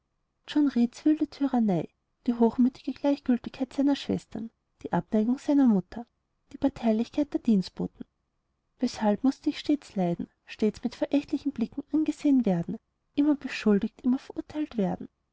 wilde tyrannei die hochmütige gleichgiltigkeit seiner schwestern die abneigung seiner mutter die parteilichkeit der dienstboten weshalb mußte ich stets leiden stets mit verächtlichen blicken angesehen werden immer beschuldigt immer verurteilt werden